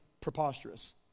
preposterous